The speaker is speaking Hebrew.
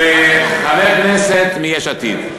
וחבר כנסת מיש עתיד.